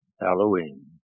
Halloween